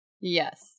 Yes